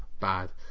...bad